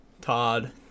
Todd